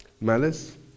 Malice